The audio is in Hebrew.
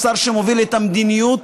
השר שמוביל את המדיניות,